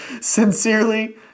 Sincerely